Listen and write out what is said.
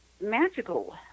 Magical